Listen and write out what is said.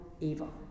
evil